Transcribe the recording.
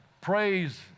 praise